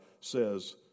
says